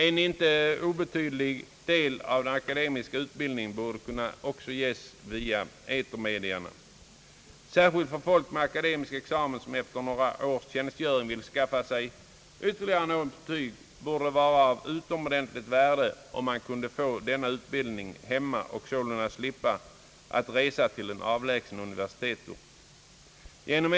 En inte obetydlig del av den akademiska utbildningen borde också kunna ges via etermedia. Särskilt för folk med akademisk examen, vilka efter några års tjänstgöring kanske vill skaffa sig ytterligare något betyg, borde det vara av utomordentligt värde att få denna utbildning i hemmet och slippa resa till en avlägsen universitetsort.